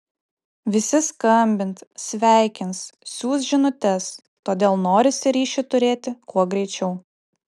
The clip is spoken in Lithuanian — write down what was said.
visi skambins sveikins siųs žinutes todėl norisi ryšį turėti kuo greičiau